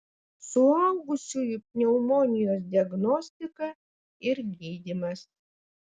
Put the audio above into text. suaugusiųjų pneumonijos diagnostika ir gydymas